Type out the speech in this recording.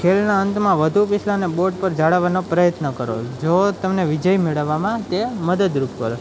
ખેલના અંતમાં વધુ પીસલાને બોર્ડ પર જોડવાનો પ્રયત્ન કરો જો તમને વિજય મેળવવામાં તે મદદરૂપ કરે